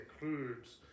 includes